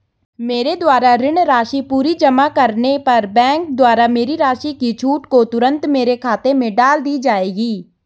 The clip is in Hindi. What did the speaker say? मेरे द्वारा ऋण राशि पूरी जमा करने पर बैंक द्वारा मेरी राशि की छूट को तुरन्त मेरे खाते में डाल दी जायेगी?